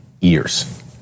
years